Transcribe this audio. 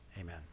Amen